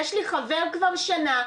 יש לי חבר כבר שנה,